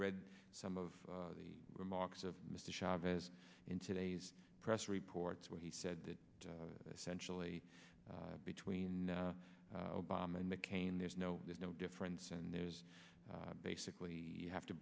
read some of the remarks of mr chavez in today's press reports where he said that centrally between obama and mccain there's no there's no difference and there's basically have to